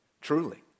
Truly